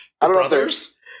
brothers